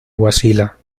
huaxila